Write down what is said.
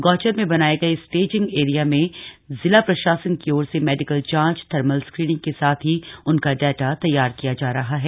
गौचर में बनाए गये इस्टेजिंग एरिया में जिला प्रशासन की ओर से मेडिकल जांच थर्मल स्क्रीनिंग के साथ ही उनका डाटा तैयार किया जा रहा है